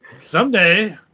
Someday